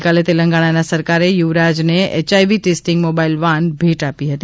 ગઇકાલે તેલંગણાના સરકારે યુવરાજને એચઆઇવી ટેસ્ટીંગ મોબાઇલવાન ભેટ આપી હતી